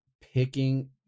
picking